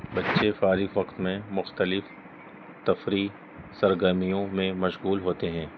بچے فارغ وقت میں مختلف تفریح سرگرمیوں میں مشغول ہوتے ہیں